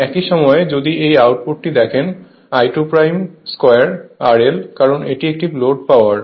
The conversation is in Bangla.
একই সময়ে যদি এই আউটপুটটি দেখেন I22 RL কারণ এটি একটি লোড পাওয়ার